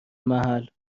محل